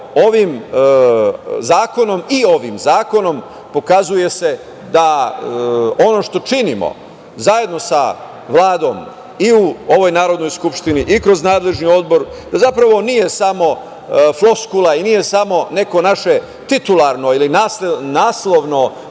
ranije. Zapravo, i ovim zakonom pokazuje se da ono što činimo, zajedno sa Vladom i u ovoj Narodnoj skupštini i kroz nadležni odbor, zapravo nije samo floskula i nije samo neko naše titularno ili naslovno